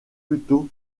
plutôt